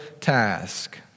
task